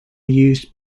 used